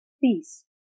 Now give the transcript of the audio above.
peace